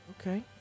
Okay